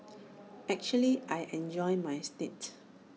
actually I enjoyed my stint